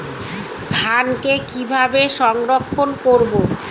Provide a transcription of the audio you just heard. ধানকে কিভাবে সংরক্ষণ করব?